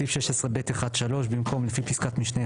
בסעיף 16(ב1)(2) המוצע יימחק.